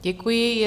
Děkuji.